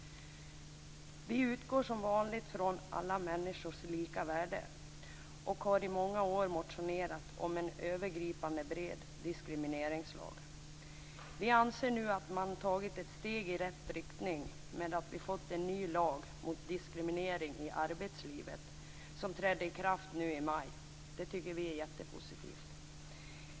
Vi utgår som vanligt från alla människors lika värde och har i många år motionerat om en bred och övergripande diskrimineringslag. Vi anser att man nu har tagit ett steg i rätt riktning i och med att en ny lag mot diskriminering i arbetslivet träder i kraft nu i maj. Vi tycker att det är jättepositivt.